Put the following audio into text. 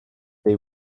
they